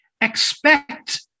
expect